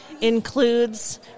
includes